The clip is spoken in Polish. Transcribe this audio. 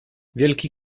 wielki